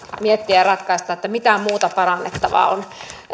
miettiä ja ratkaista mitä muuta parannettavaa on